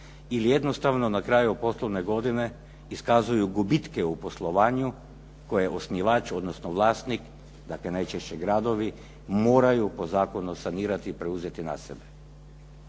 ili jednostavno na kraju poslovne godine iskazuju gubitke u poslovanju koje osnivač, odnosno vlasnik, dakle najčešće gradovi moraju po zakonu sanirati i preuzeti na sebe.